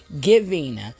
giving